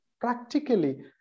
practically